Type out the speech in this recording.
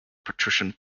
patrician